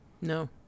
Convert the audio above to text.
No